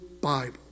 Bible